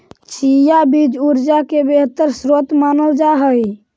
chia बीज ऊर्जा के बेहतर स्रोत मानल जा हई